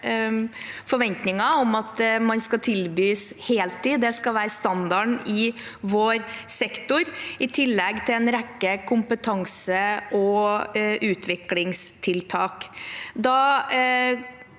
forventninger om at man skal tilbys heltid, det skal være standarden i vår sektor, i tillegg til en rekke kompetanse- og utviklingstiltak.